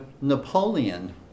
Napoleon